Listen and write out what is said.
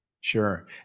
Sure